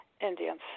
Indians